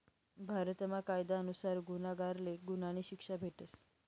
भारतमा कायदा नुसार गुन्हागारले गुन्हानी शिक्षा भेटस